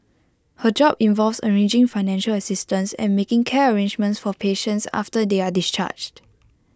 her job involves arranging financial assistance and making care arrangements for patients after they are discharged